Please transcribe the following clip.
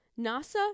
Nasa